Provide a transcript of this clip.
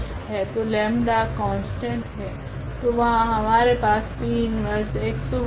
तो lambda 𝜆 constant है तो वहाँ हमारे पास P 1x होगा